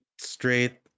straight